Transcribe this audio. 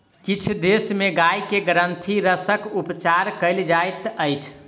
किछ देश में गाय के ग्रंथिरसक उपचार कयल जाइत अछि